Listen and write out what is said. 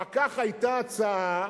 אחר כך היתה הצעה,